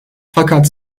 fakat